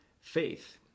faith